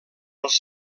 els